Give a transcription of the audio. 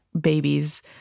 babies